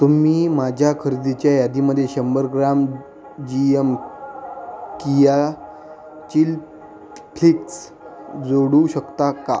तुम्ही माझ्या खरेदीच्या यादीमध्ये शंभर ग्राम जी एम कीया चिल फ्लिक्स जोडू शकता का